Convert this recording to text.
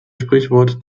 sprichwort